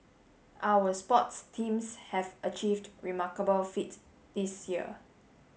our sports teams have achieved remarkable feat this year